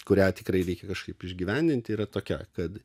kurią tikrai reikia kažkaip išgyvendinti yra tokia kad